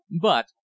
But